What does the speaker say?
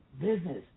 Business